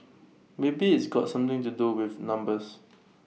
maybe it's got something to do with numbers